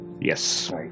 yes